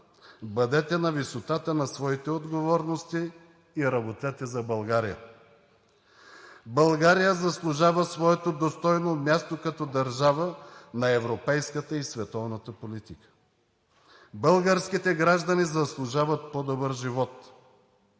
Бъдете на висотата на своите отговорности и работете за България. България заслужава своето достойно място като държава на европейската и световната политика. Българските граждани заслужават по-добър живот.